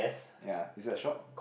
yea is a shop